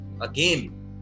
again